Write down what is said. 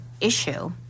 issue